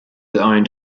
owned